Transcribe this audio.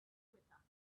equator